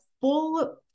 full